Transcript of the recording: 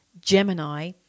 Gemini